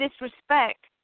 disrespect